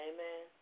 Amen